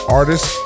artist